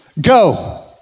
go